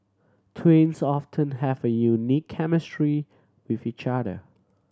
twins often have a unique chemistry with each other